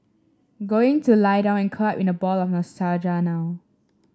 going to lie down and curl up in a ball of nostalgia now